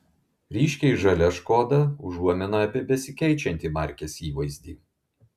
ryškiai žalia škoda užuomina apie besikeičiantį markės įvaizdį